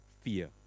fear